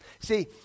See